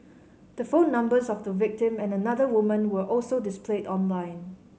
the phone numbers of the victim and another woman were also displayed online